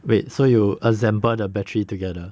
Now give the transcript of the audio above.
wait so you assemble the battery together